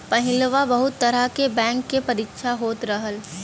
पहिलवा बहुत तरह के बैंक के परीक्षा होत रहल